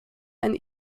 ein